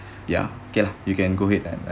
ya okay lah you can go ahead and